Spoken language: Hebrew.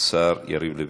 השר יריב לוין.